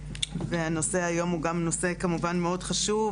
הנושא היום הוא גם נושא כמובן מאוד חשוב.